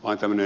aika moni